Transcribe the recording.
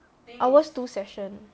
ours two session